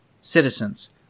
citizens